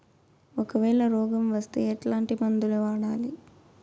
ఒకవేల రోగం వస్తే ఎట్లాంటి మందులు వాడాలి?